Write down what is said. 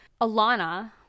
Alana